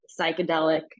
psychedelic